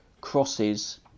crosses